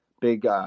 big